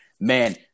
Man